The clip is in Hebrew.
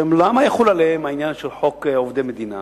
למה יחול עליהם העניין של חוק עובדי מדינה?